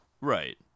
Right